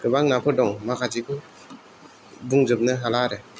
गोबां नाफोर दं माखासेखौ बुंजोबनो हाला आरो